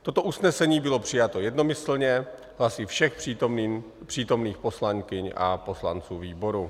Toto usnesení bylo přijato jednomyslně hlasy všech přítomných poslankyň a poslanců výboru.